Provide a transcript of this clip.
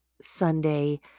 Sunday